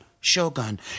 Shogun